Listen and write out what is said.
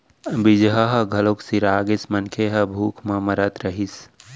बीजहा ह घलोक सिरा गिस, मनखे ह भूख म मरत रहिस